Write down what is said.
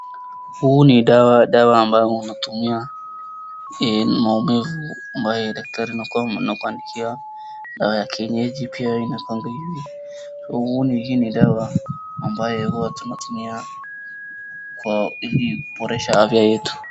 Hii ni dawa, dawa ambayo inatumia maumivu ambayo daktari anakuandikia, kienyeji pia inasaidia, hii ni dawa ambayo tunatumia kuboresha afya yetu.